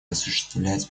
осуществлять